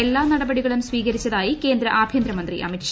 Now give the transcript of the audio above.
എല്ലാ നടപടികളും സ്വീക്രിച്ചതായി കേന്ദ്ര ആഭ്യന്തരമന്ത്രി അമിത്ഷാ